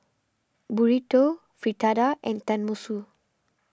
Burrito Fritada and Tenmusu